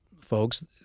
folks